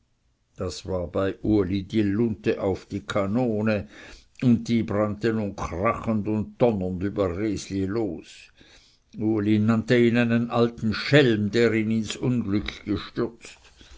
das war bei uli die lunte auf die kanone und die brannte nun krachend und donnernd über resli los uli nannte ihn einen alten schelm der ihn ins unglück gestürzt